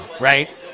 right